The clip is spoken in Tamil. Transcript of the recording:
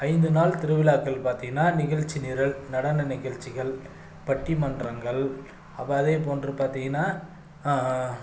ஐந்து நாள் திருவிழாக்கள் பார்த்திங்கன்னா நிகழ்ச்சி நிரல் நடன நிகழ்ச்சிகள் பட்டிமன்றங்கள் அவ்வாறே போன்று பார்த்திங்கன்னா